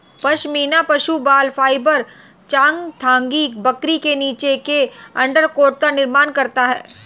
पश्मीना पशु बाल फाइबर चांगथांगी बकरी के नीचे के अंडरकोट का निर्माण करता है